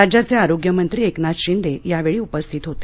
राज्याये आरोग्य मंत्री एकनाथ शिंदे यावेळी उपस्थित होते